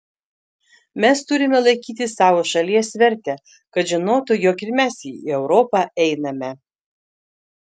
mes turime laikyti savo šalies vertę kad žinotų jog ir mes į europą einame